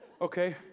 Okay